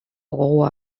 gogoa